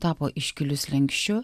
tapo iškiliu slenksčiu